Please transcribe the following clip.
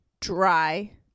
dry